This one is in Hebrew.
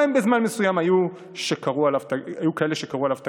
גם אם בזמן מסוים היו כאלה שקראו עליו תיגר.